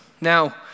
Now